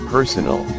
Personal